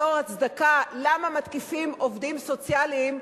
בתור הצדקה למה מתקיפים עובדים סוציאליים.